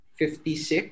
56